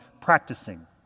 practicing